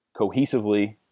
cohesively